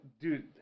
Dude